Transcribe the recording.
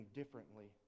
differently